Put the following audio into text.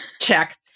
Check